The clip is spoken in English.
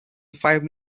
five